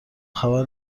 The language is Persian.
خبر